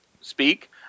speak